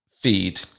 feed